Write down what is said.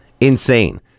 insane